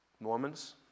Mormons